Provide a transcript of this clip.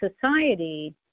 society